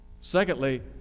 Secondly